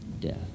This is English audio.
death